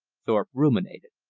thorpe ruminated.